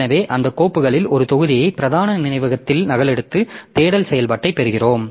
எனவே அந்தக் கோப்புகளில் ஒரு தொகுதியை பிரதான நினைவகத்தில் நகலெடுத்து தேடல் செயல்பாட்டைப் பெறுகிறோம்